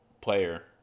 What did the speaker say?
player